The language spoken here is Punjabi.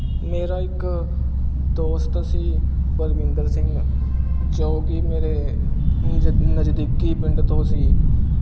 ਮੇਰਾ ਇੱਕ ਦੋਸਤ ਸੀ ਪਰਮਿੰਦਰ ਸਿੰਘ ਜੋ ਕਿ ਮੇਰੇ ਨਜ ਨਜ਼ਦੀਕੀ ਪਿੰਡ ਤੋਂ ਸੀ